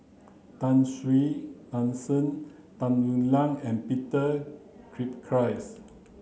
Tan Shen Tung Yue Nang and Peter Gilchrist